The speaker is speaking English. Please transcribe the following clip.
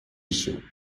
issue